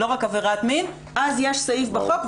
לא רק עבירת מין אז יש סעיף בחוק,